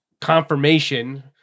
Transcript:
confirmation